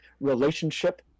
relationship